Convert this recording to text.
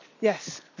Yes